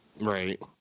Right